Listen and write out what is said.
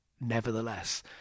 nevertheless